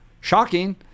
shocking